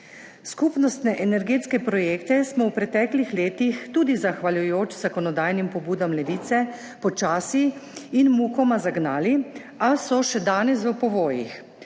Skupnostne energetske projekte smo v preteklih letih tudi zahvaljujoč zakonodajnim pobudam Levice počasi in mukoma zagnali, a so še danes v povojih,